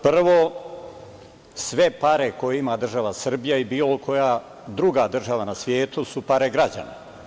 Prvo, sve pare koje ima država Srbija i bilo koja druga država na svetu su pare građana.